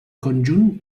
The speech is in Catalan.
conjunt